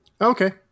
Okay